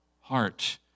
heart